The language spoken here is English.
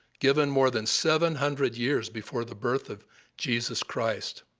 given more than seven hundred years before the birth of jesus christ